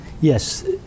yes